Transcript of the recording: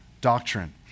doctrine